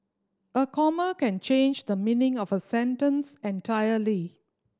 a comma can change the meaning of a sentence entirely